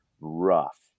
rough